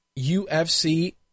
UFC